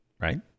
right